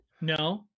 No